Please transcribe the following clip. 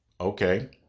Okay